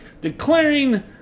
declaring